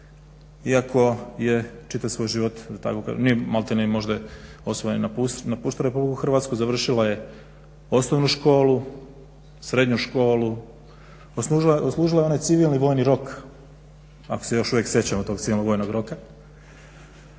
tako kažem nije maltene možda osoba je i napuštala Republiku Hrvatsku, završila je osnovnu školu, srednju školu, odslužila je onaj civilni vojni rok ako se još uvek sećamo tog civilnog vojnog roka,